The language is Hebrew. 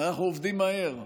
אנחנו עובדים מהר.